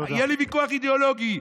יהיה לי ויכוח אידיאולוגי.